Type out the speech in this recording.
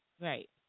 Right